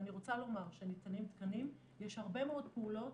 ואני רוצה לומר שניתנים תקנים יש הרבה מאוד פעולות